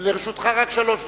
לרשותך שלוש דקות.